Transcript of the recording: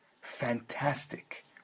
Fantastic